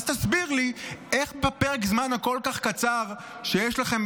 אז תסביר לי איך בפרק זמן הקצר כל כך שיש לכם,